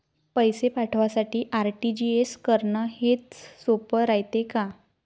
पैसे पाठवासाठी आर.टी.जी.एस करन हेच सोप रायते का?